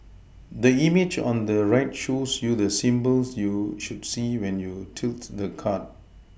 the image on the right shows you the symbols you should see when you tilt the card